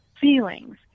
feelings